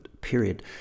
period